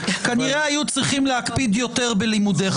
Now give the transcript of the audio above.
כנראה היו צריכים להקפיד יותר בלימודיך.